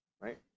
right